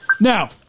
Now